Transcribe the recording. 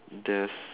there's